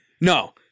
No